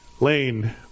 Lane